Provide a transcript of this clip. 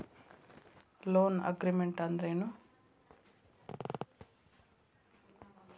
Loan agreement ಅಂದ್ರೇನು?